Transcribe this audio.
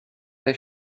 the